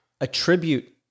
attribute